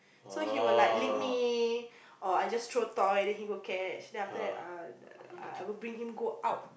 so he will like lick me or I just throw toy then he will catch then after that uh I I will bring him go out